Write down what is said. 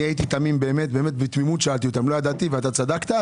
אני הייתי תמים באמת באמת בתמימות שאלתי אותם לא ידעתי ואתה צדקת,